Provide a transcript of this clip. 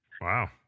Wow